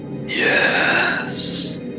yes